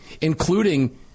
including